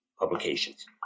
publications